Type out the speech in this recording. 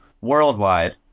worldwide